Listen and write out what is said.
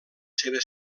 seva